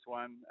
one